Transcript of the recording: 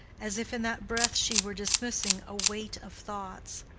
as if in that breath she were dismissing a weight of thoughts.